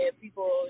people